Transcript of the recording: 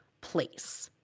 place